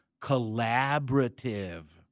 collaborative